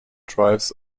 drives